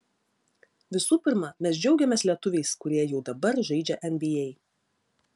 visų pirma mes džiaugiamės lietuviais kurie jau dabar žaidžia nba